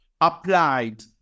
applied